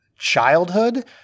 childhood